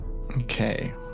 Okay